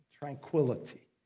tranquility